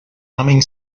humming